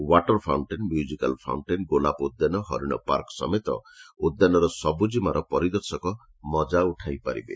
water fountain musical fountain ଗୋଲାପ ଉଦ୍ୟାନ ହରିଣ ପାର୍କ ସମେତ ଉଦ୍ୟାନର ସବୁଜିମାର ପରିଦର୍ଶକ ମକା ଉଠାଇପାରିବେ